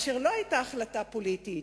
אשר לא היתה החלטה פוליטית,